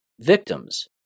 Victims